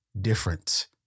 different